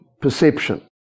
perception